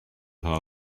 haben